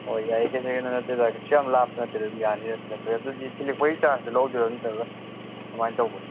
ꯍꯣꯏ ꯌꯥꯏ ꯀꯔꯤꯁꯨ ꯀꯩꯅꯣ ꯅꯠꯇꯦꯗ ꯀꯔꯤꯁꯨ ꯌꯥꯝ ꯂꯥꯞꯄ ꯅꯠꯇꯦꯗ ꯑꯗꯨꯝ ꯌꯥꯅꯤꯗ ꯊꯤꯜꯂꯛꯄꯒꯤ ꯑꯗꯨꯗꯤ ꯊꯤꯜꯂꯛꯄꯒꯤ ꯆꯥꯔꯆꯁꯨ ꯂꯧꯒꯗꯣꯏꯔꯣ ꯅꯠꯇ꯭ꯔꯒ ꯁꯨꯝ ꯀꯔꯃꯥꯏꯅ ꯇꯧꯕꯅꯣ